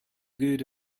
good